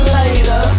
later